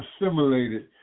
assimilated